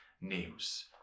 news